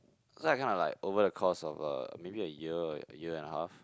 so I kinda like over the course of a maybe a year a year and a half